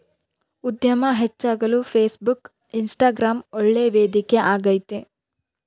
ಉದ್ಯಮ ಹೆಚ್ಚಾಗಲು Facebook, Instagram ಒಳ್ಳೆ ವೇದಿಕೆ ಆಗೈತೆ